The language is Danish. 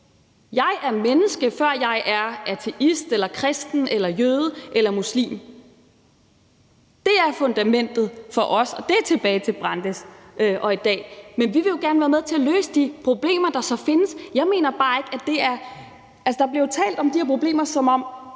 Jeg er menneske, før jeg er ateist eller kristen eller jøde eller muslim. Det er fundamentet for os, og det går tilbage til Brandes – og er der i dag. Men vi vil jo gerne være med til at løse de problemer, der så findes. Der bliver jo talt om de her